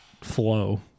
flow